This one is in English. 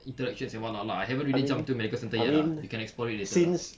interactions and whatnot lah I haven't really jump into medical centre yet lah you can explore it later ah